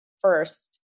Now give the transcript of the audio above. First